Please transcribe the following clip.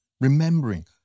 remembering